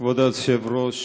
כבוד היושב-ראש,